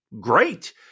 Great